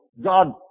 God